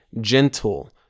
gentle